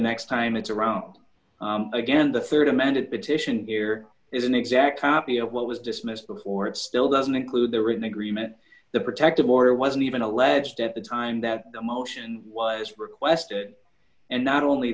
next time it's around again the rd amended but titian here is an exact copy of what was dismissed before it still doesn't include the written agreement the protective order wasn't even alleged at the time that the motion was requested and not only